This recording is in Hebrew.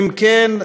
אם כן,